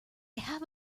have